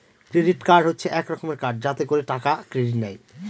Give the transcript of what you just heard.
credit card হচ্ছে এক রকমের কার্ড যাতে করে টাকা ক্রেডিট নেয়